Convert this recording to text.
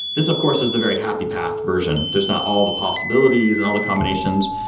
this of course is the very happy path version. there's not all the possibilities and all the combinations,